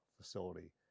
facility